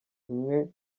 kimwe